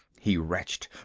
he retched.